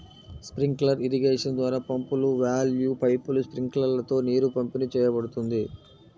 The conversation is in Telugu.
స్ప్రింక్లర్ ఇరిగేషన్ ద్వారా పంపులు, వాల్వ్లు, పైపులు, స్ప్రింక్లర్లతో నీరు పంపిణీ చేయబడుతుంది